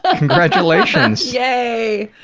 but congratulations. yay.